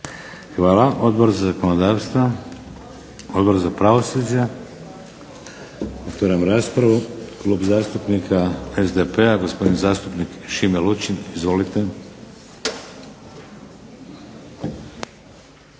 Hvala. Odbor za zakonodavstvo? Odbor za pravosuđe? Otvaram raspravu. Klub zastupnika SDP-a, gospodin zastupnik Šime Lučin. Izvolite.